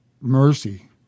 mercy